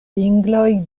pingloj